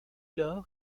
lors